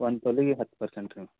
ಒಂದು ತೊಲೆಗೆ ಹತ್ತು ಪರ್ಸೆಂಟ್ ಹ್ಞೂ